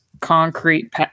concrete